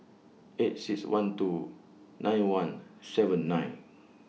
eight six one two nine one seven nine